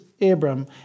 Abram